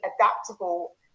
adaptable